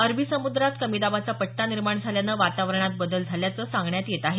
अरबी समुद्रात कमी दाबाचा पट्टा निर्माण झाल्यान वातावरणात बदल झाल्याच सांगण्यात येत आहे